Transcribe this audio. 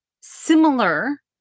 similar